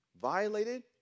violated